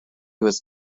was